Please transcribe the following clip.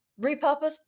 repurpose